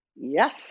Yes